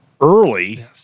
Early